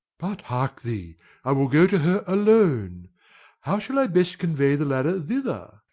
but, hark thee i will go to her alone how shall i best convey the ladder thither?